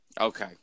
Okay